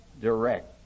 direct